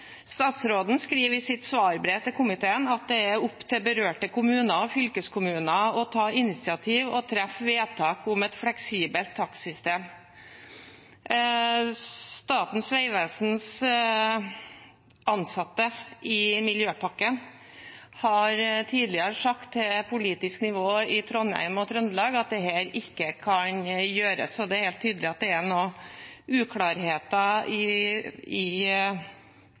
Statsråden skriver i sitt svarbrev til komiteen at det er opp til berørte kommuner og fylkeskommuner å ta initiativ og treffe vedtak om et fleksibelt takstsystem. Statens vegvesens ansatte i Miljøpakken har tidligere sagt til politisk nivå i Trondheim og Trøndelag at dette ikke kan gjøres, så det er helt tydelig at det er noen uklarheter i